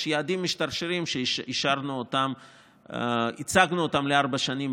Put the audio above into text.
יש יעדים משתרשרים שהצגנו לארבע שנים,